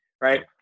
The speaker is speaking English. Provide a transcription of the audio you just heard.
Right